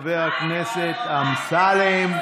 לחבר הכנסת אמסלם.